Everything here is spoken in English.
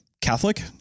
Catholic